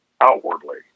outwardly